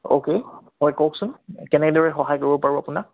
okay হয় কওকচোন কেনেদৰে সহায় কৰিব পাৰোঁ আপোনাক